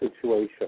situation